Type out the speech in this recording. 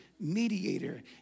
mediator